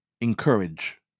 encourage